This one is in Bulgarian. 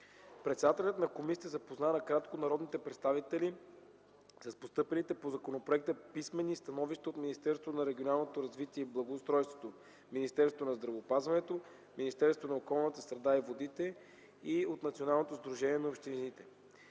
Председателят на комисията запозна накратко народните представители с постъпилите по законопроекта писмени становища от Министерството на регионалното развитие и благоустройството, Министерството на здравеопазването, Министерството на околната среда и водите и от Националното сдружение на общините.